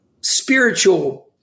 spiritual